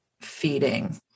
feeding